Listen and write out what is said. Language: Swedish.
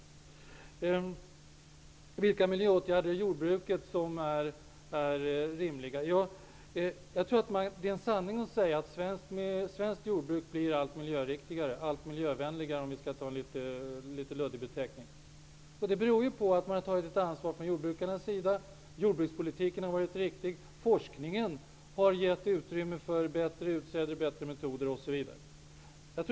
Margareta Winberg undrade vilka miljöåtgärder i jordbruket som är rimliga. Det är en sanning att svenskt jordbruk blir alltmer miljöriktigt, eller miljövänligt, om man skall använda en något luddig formulering. Det beror på att jordbrukarna har tagit sitt ansvar. Jordbrukspolitiken har varit riktig. Forskningen har gett större utrymme för bättre utsäde, bättre metoder osv.